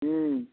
हम्म